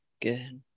Good